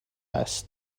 است